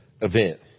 event